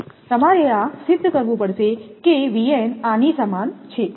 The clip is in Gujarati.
તમારે આ સિદ્ધ કરવું પડશે કે આ ની સમાન છે